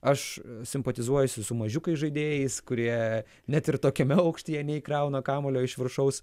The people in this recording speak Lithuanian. aš simpatizuojuosi su mažiukais žaidėjais kurie net ir tokiame aukštyje neįkrauna kamuolio iš viršaus